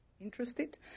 interested